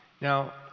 Now